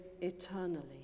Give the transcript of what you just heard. eternally